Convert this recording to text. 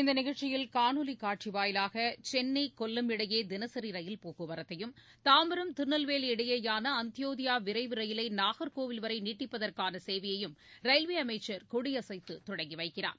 இந்த நிகழ்ச்சியில் காணொலிக் காட்சி வாயிலாக சென்னை கொல்லம் இடையே தினசரி ரயில் போக்குவரத்தையும் தாம்பரம் திருநெல்வேலி இடையேயான அந்தியோதயா விரைவு ரயிலை நாகர்கோவில் வரை நீட்டிப்பதற்கான சேவையையும் ரயில்வே அமைச்சர் கொடியசைத்து தொடங்கி வைக்கிறார்